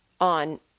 on